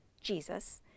Jesus